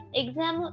exam